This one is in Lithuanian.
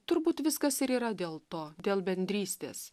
turbūt viskas ir yra dėl to dėl bendrystės